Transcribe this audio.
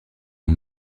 ont